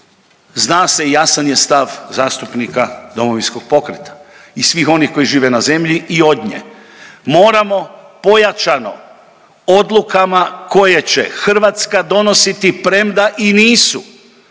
zna se i jasan je stav zastupnika Domovinskog pokreta i svih onih koji žive na zemlji i od nje, moramo pojačano odlukama koje će Hrvatska donositi premda i nisu